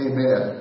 Amen